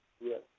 Yes